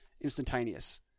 instantaneous